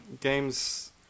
games